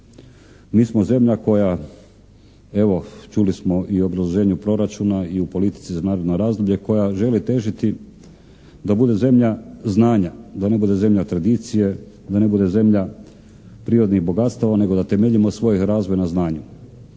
Mi smo zemlja koja evo čuli smo i u obrazloženju proračuna i u politici za naredno razdoblje, koja želi težiti da bude zemlja znanja, da ne bude zemlja tradicije, da ne bude zemlja privatnih bogatstava nego da temeljimo svoj razvoj na znanju.